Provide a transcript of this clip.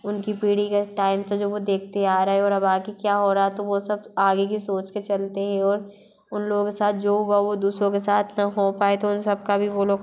उनकी पीढ़ी के टाइम से जो वो देखते आ रहे और अब आगे क्या हो रहा तो वो सब आगे की सोच के चलते है और उन लोगों के साथ जो हुआ वो दूसरों के साथ ना हो पाए तो उन सबका भी वो लोग